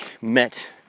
met